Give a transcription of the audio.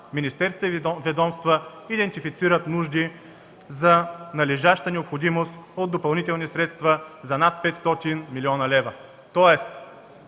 министерствата и ведомствата идентифицират нужди за належаща необходимост от допълнителни средства за над 500 млн. лв.